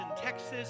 Texas